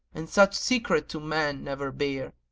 and such secret to man never bare!